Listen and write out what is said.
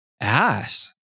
ass